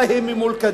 אולי הם ממולכדים.